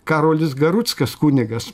karolis garuckas kunigas